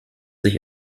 sich